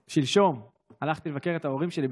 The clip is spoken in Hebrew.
שלשום הלכתי לבקר את ההורים שלי,